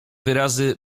wyrazy